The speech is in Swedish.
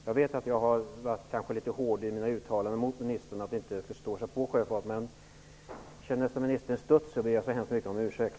Jag har kanske varit litet hård i mina uttalanden om att ministern inte förstår sig på sjöfart. Om ministern känner sig stött, ber jag så hemskt mycket om ursäkt.